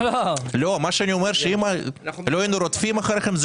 אני אומר שאם לא היינו רודפים אחריהם,